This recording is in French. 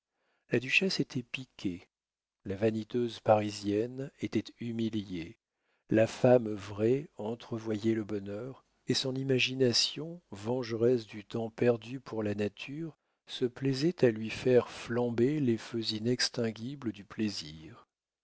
la duchesse était piquée la vaniteuse parisienne était humiliée la femme vraie entrevoyait le bonheur et son imagination vengeresse du temps perdu pour la nature se plaisait à lui faire flamber les feux inextinguibles du plaisir